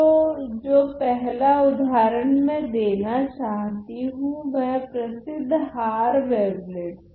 तो जो पहला उदाहरण मैं देना चाहती हूँ वह प्रसिद्ध हार वेवलेट्स हैं